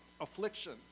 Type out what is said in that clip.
affliction